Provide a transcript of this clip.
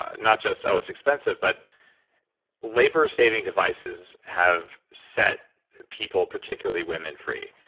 ah not just, oh, it's expensive, but labor saving devices have set people, particularly women free.